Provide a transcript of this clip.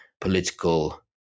political